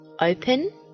open